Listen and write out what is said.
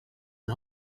and